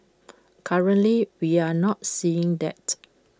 currently we are not seeing that